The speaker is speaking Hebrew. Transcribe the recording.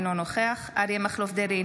אינו נוכח אריה מכלוף דרעי,